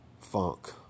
funk